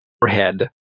forehead